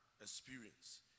experience